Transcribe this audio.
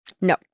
no